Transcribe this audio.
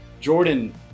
jordan